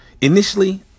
initially